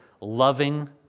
loving